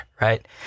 right